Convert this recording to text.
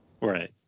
Right